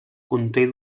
conté